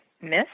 miss